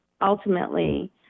ultimately